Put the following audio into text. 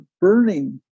burning